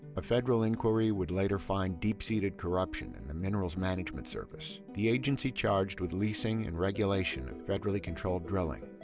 a federal inquiry would later find deep-seeded corruption in the minerals management service, the agency charged with leasing and regulation of federally-controlled drilling.